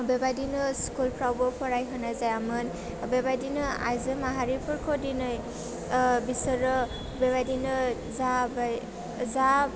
बेबायदिनो स्कुलफ्रावबो फारायहोनाय जायामोन बेबायदिनो आइजो माहारिफोखौ दिनै बिसोरो बेबायदिनो जाबाय जा